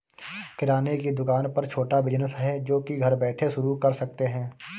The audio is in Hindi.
किराने की दुकान एक छोटा बिज़नेस है जो की घर बैठे शुरू कर सकते है